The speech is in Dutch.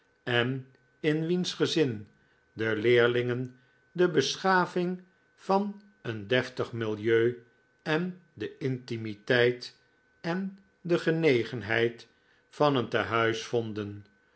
en in wiens gezin de leerlingen de beschaving van een deftig milieu en de intimiteit en de genegenheid van een tehuis vonden